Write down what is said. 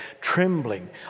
trembling